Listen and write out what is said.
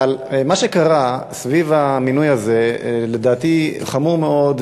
אבל מה שקרה סביב המינוי הזה לדעתי חמור מאוד,